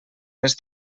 més